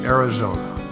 Arizona